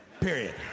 Period